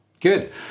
Good